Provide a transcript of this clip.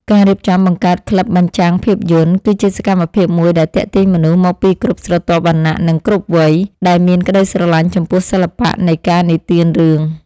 ការរៀបចំបង្កើតក្លឹបបញ្ចាំងភាពយន្ត គឺជាសកម្មភាពមួយដែលទាក់ទាញមនុស្សមកពីគ្រប់ស្រទាប់វណ្ណៈ និងគ្រប់វ័យ ដែលមានក្តីស្រឡាញ់ចំពោះសិល្បៈនៃការនិទានរឿង។